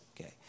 okay